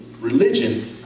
religion